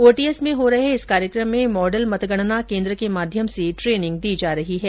OTS में हो रहे इस कार्यक्रम में मॉडल मतगणना केन्द्र के माध्यम से ट्रेनिंग दी जा रही है